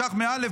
שכח מא',